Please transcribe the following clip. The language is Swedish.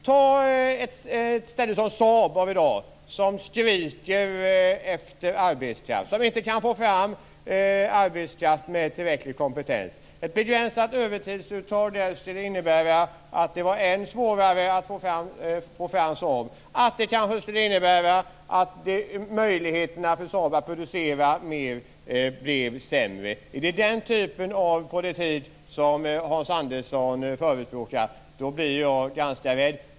Ta ett ställe som Saab, som skriker efter arbetskraft, som inte kan få fram arbetskraft med tillräcklig kompetens. Ett begränsat övertidsuttag där skulle innebära att det blev än svårare att få fram bilar. Det kanske skulle innebära att möjligheterna för Saab att producera mer blev sämre. Är det den typen av politik som Hans Andersson förespråkar blir jag ganska rädd.